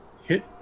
hit